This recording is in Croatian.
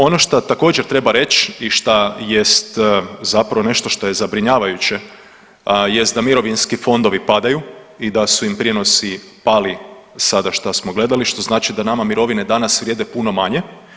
Ono šta također treba reći šta jest zapravo nešto što je zabrinjavajuće jest da mirovinski fondovi padaju i da su im prinosi pali sada što smo gledali što znači da nama mirovine danas vrijede puno manje.